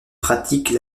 pratique